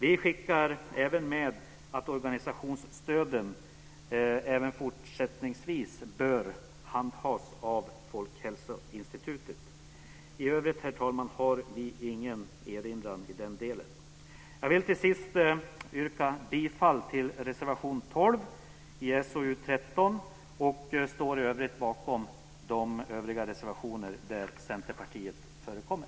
Vi skickar med att organisationsstöden även fortsättningsvis bör handhas av Folkhälsoinstitutet. I övrigt, herr talman, har vi ingen erinran i den delen. Jag vill till sist yrka bifall till reservation 12 i SoU13, och jag står i övrigt bakom de reservationer där Centerpartiet förekommer.